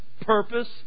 purpose